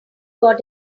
got